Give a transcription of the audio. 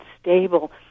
stable